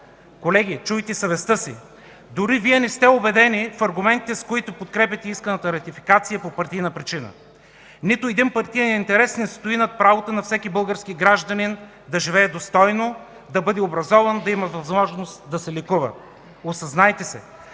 Колеги, чуйте съвестта си! Дори Вие не сте убедени в аргументите, с които подкрепяте исканата ратификация по партийна причина. Нито един партиен интерес не стои над правото на всеки български гражданин да живее достойно, да бъде образован, да има възможност да се лекува. Осъзнайте се!